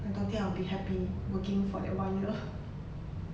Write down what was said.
I don't think I'll be happy working for that one year